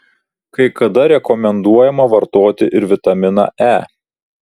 kai kada rekomenduojama vartoti ir vitaminą e